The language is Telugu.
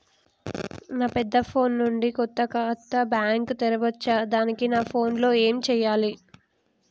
నా పెద్ద ఫోన్ నుండి కొత్త బ్యాంక్ ఖాతా తెరవచ్చా? దానికి నా ఫోన్ లో ఏం చేయాలి?